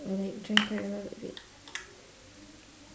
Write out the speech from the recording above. I like drink quite a lot of it